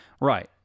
Right